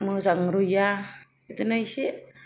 मोजां रुया बिदिनो एसे